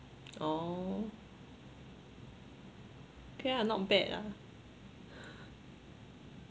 oh okay lah not bad ah